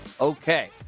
okay